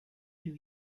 two